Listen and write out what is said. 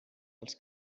els